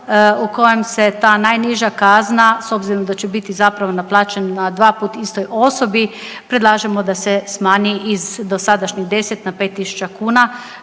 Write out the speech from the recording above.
u kojem se ta najniža kazna s obzirom da će biti zapravo naplaćena istoj osobi predlažemo da se smanji iz dosadašnjih 10 na 5.000 kuna